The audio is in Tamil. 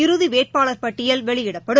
இறுதிவேட்பாளர் பட்டியல் வெளியிடப்படும்